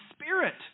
Spirit